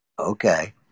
Okay